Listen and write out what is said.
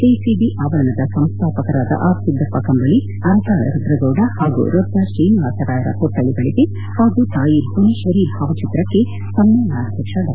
KCD ಆವರಣದ ಸಂಸ್ಥಾಪಕರಾದ sir Siddappa Kambali Aratal Rudragouda ಹಾಗೂ ರೊದ್ದ ಶ್ರೀನಿವಾಸ ರಾಯರ ಪುತ್ಹಳಿಗಳಿಗೆ ಹಾಗೂ ತಾಯಿ ಭುವನೇಶ್ವರಿ ಭಾವಚಿತ್ರಕ್ಕೆ ಸಮ್ಮೇಳನಾಧ್ಯಕ್ಷ ಡಾ